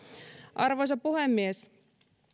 arvoisa puhemies